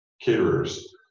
caterers